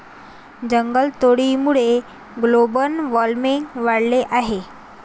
जंगलतोडीमुळे global warming वाढले आहे